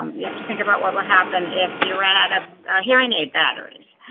um you have to think about what would happen if you ran out of hearing aid batteries.